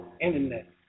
Internet